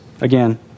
again